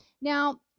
Now